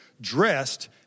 dressed